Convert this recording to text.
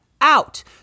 out